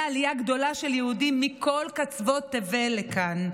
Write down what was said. עלייה גדולה של יהודים מכל קצוות תבל לכאן,